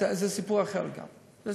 זה סיפור אחר לגמרי.